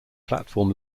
platform